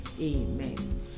Amen